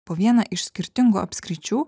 po vieną iš skirtingų apskričių